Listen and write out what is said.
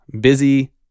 Busy